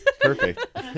Perfect